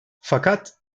fakat